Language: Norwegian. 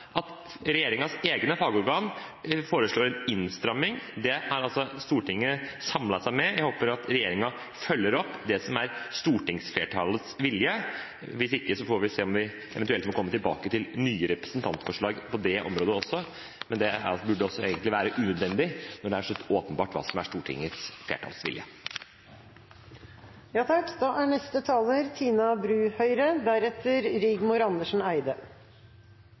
at regjeringens egne fagorgan foreslår en innstramming. Det har Stortinget samlet seg om. Jeg håper regjeringen følger opp det som er stortingsflertallets vilje. Hvis ikke, får vi se om vi eventuelt må komme tilbake til nye representantforslag på det området også. Men det burde være unødvendig når det er åpenbart hva som er stortingsflertallets vilje. Dårlig luftkvalitet i storbyene er